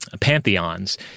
pantheons